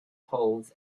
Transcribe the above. holds